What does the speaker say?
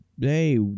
hey